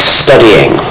studying